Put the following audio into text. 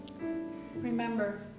remember